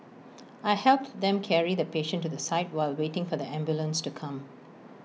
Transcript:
I helped them carry the patient to the side while waiting for the ambulance to come